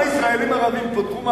פוטרו מהעבודה,